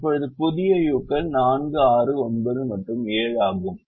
இப்போது புதிய u கள் 4 6 9 மற்றும் 7 ஆகும்